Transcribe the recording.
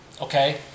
okay